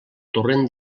torrent